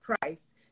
price